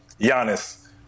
Giannis